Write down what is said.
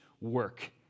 work